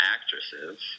actresses